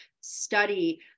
study